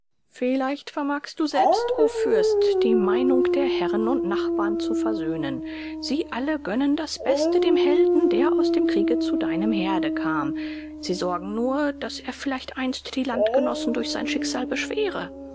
vielleicht vermagst du selbst o fürst die meinung der herren und nachbarn zu versöhnen sie alle gönnen das beste dem helden der aus dem kriege zu deinem herde kam sie sorgen nur daß er vielleicht einst die landgenossen durch sein schicksal beschwere